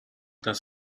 does